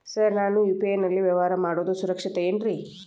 Sir ನಾನು UPI ನಲ್ಲಿ ವ್ಯವಹಾರ ಮಾಡೋದು ಸುರಕ್ಷಿತ ಏನ್ರಿ?